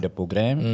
program